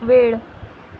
वेळ